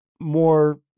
more